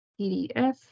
PDF